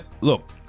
Look